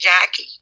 Jackie